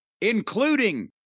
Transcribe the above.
including